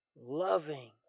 loving